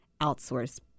outsource